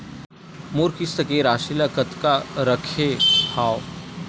मोर किस्त के राशि ल कतका रखे हाव?